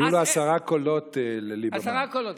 היו לו עשרה קולות, לליברמן.